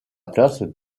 place